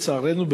לצערנו,